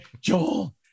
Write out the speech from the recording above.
Joel